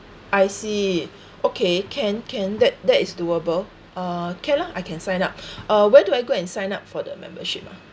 I see okay can can that that is doable uh okay lah I can sign up uh where do I go and sign up for the membership ah